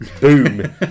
Boom